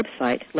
website